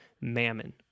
mammon